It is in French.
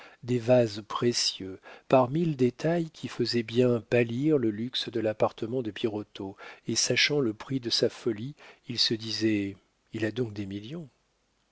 des vases précieux par mille détails qui faisaient bien pâlir le luxe de l'appartement de birotteau et sachant le prix de sa folie il se disait il a donc des millions